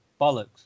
bollocks